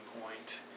point